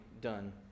done